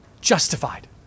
justified